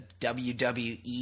WWE